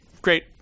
Great